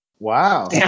Wow